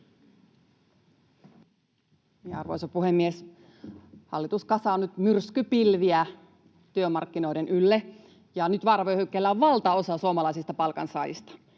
Arvoisa puhemies! Hallitus kasaa nyt myrskypilviä työmarkkinoiden ylle, ja nyt vaaravyöhykkeellä on valtaosa suomalaisista palkansaajista.